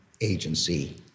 agency